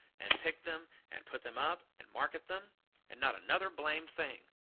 and pick them, and put them up, and market them and not another blamed thing!